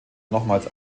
nochmals